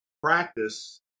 Practice